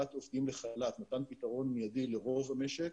עובדים לחל"ת נתן פתרון מידי לרוב המשק,